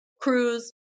cruise